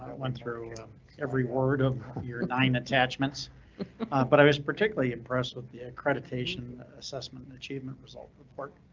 went through every word of your nine attachments but i was particularly impressed with the accreditation assessment, achievement result report.